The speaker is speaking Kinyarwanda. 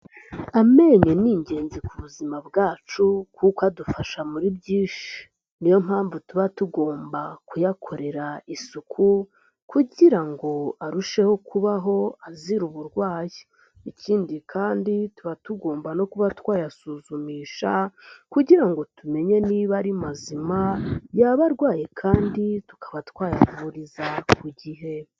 Amenyo ni ingenzi ku buzima bwacu kuko adufasha muri byinshi, niyo mpamvu tuba tugomba kuyakorera isuku kugira ngo arusheho kubaho azira uburwayi, ikindi kandi tuba tugomba no kuba twayasuzumisha kugira ngo tumenye niba ari mazima yaba arwaye kandi tukaba twayavuriza ku gihe.